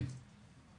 כן.